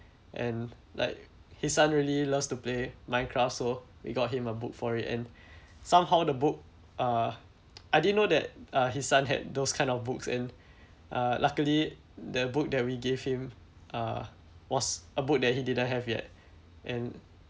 and like his son loves to play Minecraft so we got him a book for it and somehow the book uh I didn't know that uh his son had those kind of books and uh luckily the book that we gave him uh was a book that he didn't have yet and